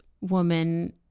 woman